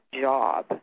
job